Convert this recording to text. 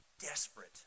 desperate